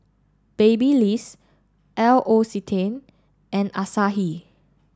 Babyliss L'Occitane and Asahi